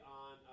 on